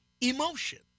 emotion